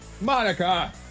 Monica